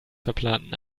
verplanten